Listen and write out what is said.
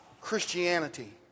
Christianity